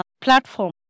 platform